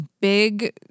big